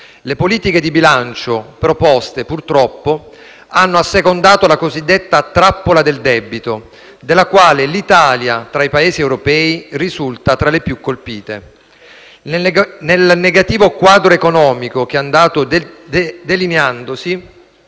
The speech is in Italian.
Le politiche di bilancio proposte, purtroppo, hanno assecondato la cosiddetta trappola del debito, della quale l'Italia, tra i Paesi europei, risulta tra i più colpiti. Nel negativo quadro economico che è andato delineandosi,